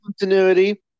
continuity